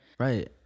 Right